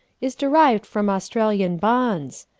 is derived from australian bonds.